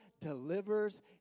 delivers